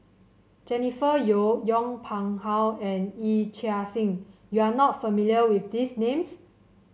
Jennifer Yeo Yong Pung How and Yee Chia Hsing you are not familiar with these names